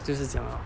就是这样啦